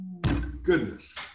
Goodness